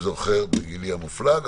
זוכר בגילי המופלג,